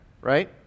right